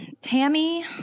Tammy